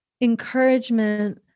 encouragement